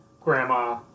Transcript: Grandma